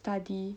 study